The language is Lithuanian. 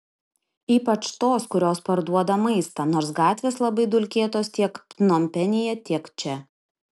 ypač tos kurios parduoda maistą nors gatvės labai dulkėtos tiek pnompenyje tiek čia